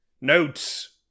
notes